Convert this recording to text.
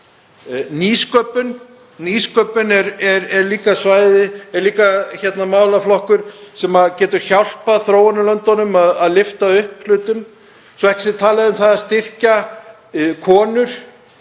Nýsköpun er líka málaflokkur sem getur hjálpað þróunarlöndunum að lyfta upp hlutum, svo ekki sé talað um að styrkja konur